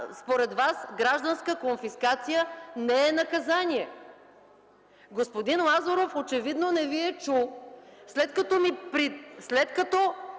според Вас, гражданска конфискация не е наказание. Господин Лазаров очевидно не Ви е чул, след като